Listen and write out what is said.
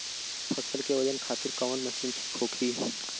फसल के वजन खातिर कवन मशीन ठीक होखि?